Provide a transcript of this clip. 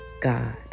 God